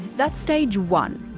that's stage one.